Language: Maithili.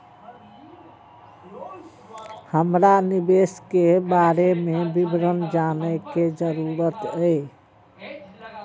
हमरा निवेश के बारे में विवरण जानय के जरुरत ये?